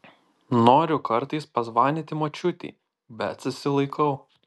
noriu kartais pazvanyti močiutei bet susilaikau